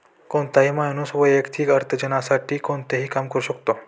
कोणताही माणूस वैयक्तिक अर्थार्जनासाठी कोणतेही काम करू शकतो